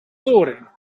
toren